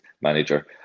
manager